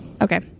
Okay